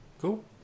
cool